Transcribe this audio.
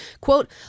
quote